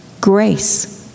grace